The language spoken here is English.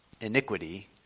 iniquity